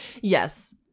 Yes